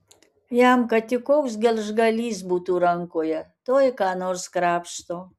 jam kad tik koks gelžgalys būtų rankoje tuoj ką nors krapšto